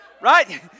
Right